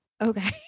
okay